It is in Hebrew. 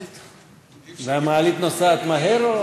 והמעלית נוסעת מהר?